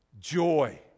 Joy